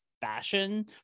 fashion